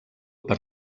per